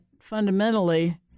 fundamentally